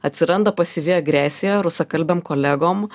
atsiranda pasyvi agresija rusakalbiam kolegom